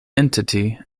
entity